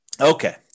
Okay